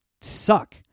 suck